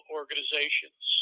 organizations